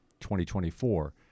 2024